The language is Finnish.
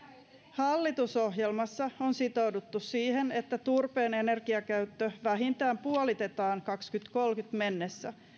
hallitusohjelmassa on sitouduttu siihen että turpeen energiakäyttö vähintään puolitetaan vuoteen kaksituhattakolmekymmentä mennessä